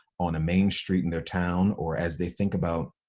on a main street in their town, or as they think about,